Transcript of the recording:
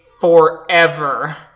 forever